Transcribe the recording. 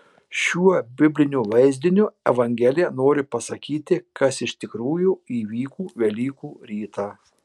šiuo bibliniu vaizdiniu evangelija nori pasakyti kas iš tikrųjų įvyko velykų rytą